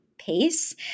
pace